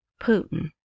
Putin